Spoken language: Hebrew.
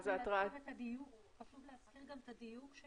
ואז ההתראה --- חשוב להזכיר גם את הדיוק של